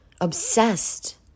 obsessed